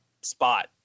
spot